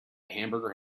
hamburger